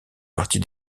partie